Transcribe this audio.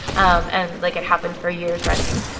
um and, like, it happened for years running.